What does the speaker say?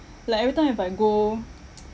like everytime if I go